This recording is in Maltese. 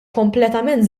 kompletament